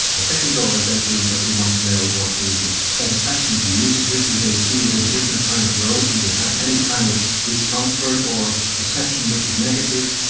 the second goal is that we that we want to know what the satisfaction of the users is do they see it as a different kind of road, do they have any kind of discomfort or perception which is negative?